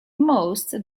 most